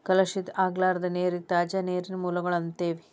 ಕಲುಷಿತ ಆಗಲಾರದ ನೇರಿಗೆ ತಾಜಾ ನೇರಿನ ಮೂಲಗಳು ಅಂತೆವಿ